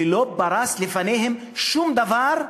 והוא לא פרס לפניהם שום דבר,